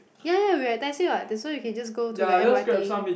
ya ya we were at Tai-Seng what that's why we can just go to the m_r_t